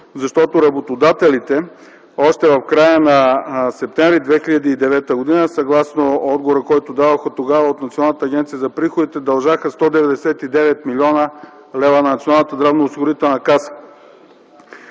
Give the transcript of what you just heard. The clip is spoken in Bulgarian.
защото работодателите още в края на месец септември 2009 г. съгласно отговора, който дадоха тогава от Националната агенция за приходите, дължаха 199 млн. лв. на Националната здравноосигурителна каса.